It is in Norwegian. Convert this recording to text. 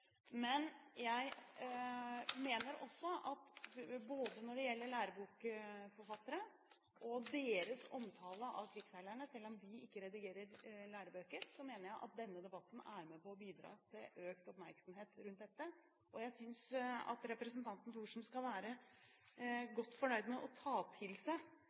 mener jeg også at både lærebokforfattere og deres omtale av krigsseilerne – selv om vi ikke redigerer lærebøker – bidrar til økt oppmerksomhet rundt dette. Jeg synes at representanten Thorsen skal være godt fornøyd og ta til seg at gjennom dette